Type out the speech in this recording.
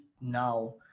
now